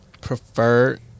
preferred